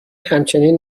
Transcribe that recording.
همچنین